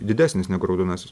didesnis negu raudonasis